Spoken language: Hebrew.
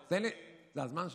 תן לי, זה הזמן שלי.